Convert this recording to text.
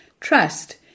Trust